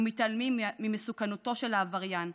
מתעלמים ממסוכנותו של העבריין,